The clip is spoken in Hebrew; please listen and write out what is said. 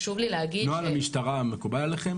נוהל המשטרה מקובל עליכם,